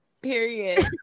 period